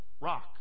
rock